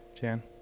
Jan